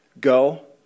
Go